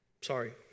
Sorry